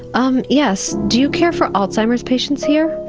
um yes, do you care for alzheimer's patients here?